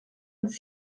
uns